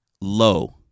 low